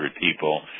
people